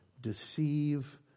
deceive